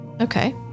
Okay